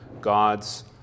God's